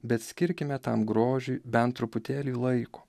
bet skirkime tam grožiui bent truputėlį laiko